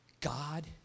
God